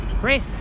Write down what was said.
Great